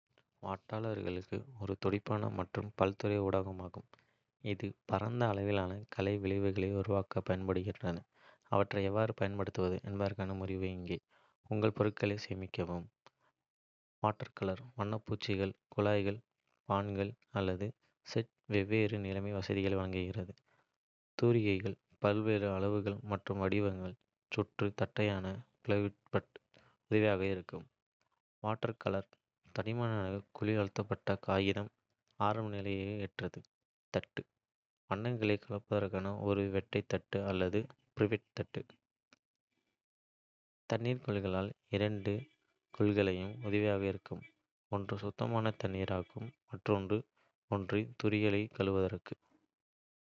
வாட்டர்கலர்கள் ஒரு துடிப்பான மற்றும் பல்துறை ஊடகமாகும், இது பரந்த அளவிலான கலை விளைவுகளை உருவாக்க பயன்படுகிறது. அவற்றை எவ்வாறு பயன்படுத்துவது என்பதற்கான முறிவு இங்கே. உங்கள் பொருட்களை சேகரிக்கவும். வாட்டர்கலர் வண்ணப்பூச்சுகள். குழாய்கள், பான்கள் அல்லது செட் வெவ்வேறு நிலை வசதிகளை வழங்குகின்றன. தூரிகைகள் பல்வேறு அளவுகள் மற்றும் வடிவங்கள் சுற்று, தட்டையான, ஃபில்பர்ட் உதவியாக இருக்கும். வாட்டர்கலர் பேப்பர் தடிமனான, குளிர் அழுத்தப்பட்ட காகிதம் ஆரம்பநிலைக்கு ஏற்றது. தட்டு: வண்ணங்களைக் கலப்பதற்கான ஒரு வெள்ளை தட்டு அல்லது பிரத்யேக தட்டு. தண்ணீர் கொள்கலன்கள் இரண்டு கொள்கலன்கள் உதவியாக இருக்கும் ஒன்று சுத்தமான தண்ணீருக்கு மற்றும் ஒன்று தூரிகைகளை கழுவுவதற்கு.